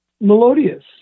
melodious